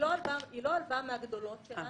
היא לא הלוואה מהגדולות שלנו.